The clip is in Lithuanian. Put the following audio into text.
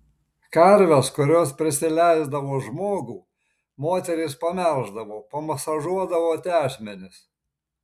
karves kurios prisileisdavo žmogų moterys pamelždavo pamasažuodavo tešmenis